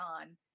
on